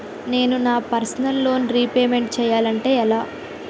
నేను నా personal loan repayment చేయాలంటే ఎలా?